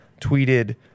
tweeted